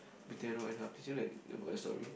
between a rock and hard place you know that about the story